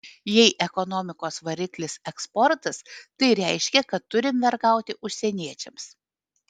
jei ekonomikos variklis eksportas tai reiškia kad turim vergauti užsieniečiams